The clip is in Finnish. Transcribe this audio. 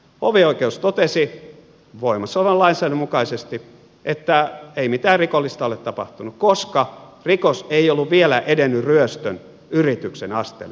hovioikeus totesi voimassaolevan lainsäädännön mukaisesti että ei mitään rikollista ole tapahtunut koska rikos ei ollut vielä edennyt ryöstön yrityksen asteelle